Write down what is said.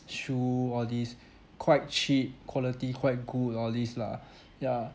shoe all this quite cheap quality quite good all this lah ya